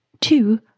Two